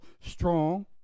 strong